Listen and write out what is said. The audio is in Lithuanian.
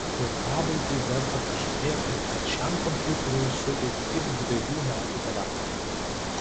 ir pabaigai verta pažymėti kad šiam kompiuteriui suteikia tik dvejų metų garantiją